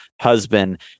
husband